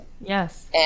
Yes